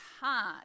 hard